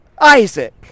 Isaac